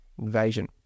invasion